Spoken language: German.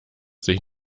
sich